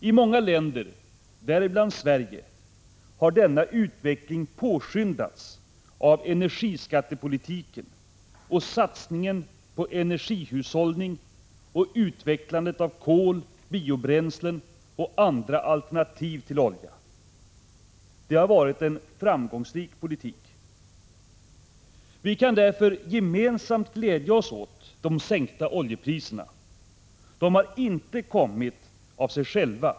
I många länder, däribland Sverige, har denna utveckling påskyndats av energiskattepolitiken liksom av satsningen på energihushållning och utvecklandet av metoder för användning av kol, biobränslen och andra alternativ till oljan. Det har varit en framgångsrik politik. Vi kan därför gemensamt glädja oss åt de sänkta oljepriserna. De har inte kommit av sig själva.